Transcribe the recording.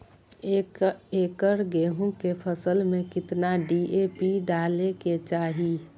एक एकड़ गेहूं के फसल में कितना डी.ए.पी डाले के चाहि?